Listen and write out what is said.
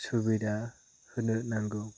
सुबिदा होनो नांगौ